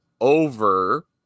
over